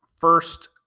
first